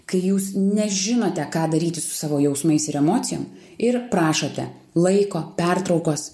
kai jūs nežinote ką daryti su savo jausmais ir emocijom ir prašote laiko pertraukos